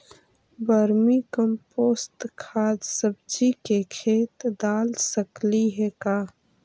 Vermi compost खाद सब्जी के खेत दाल सकली हे का?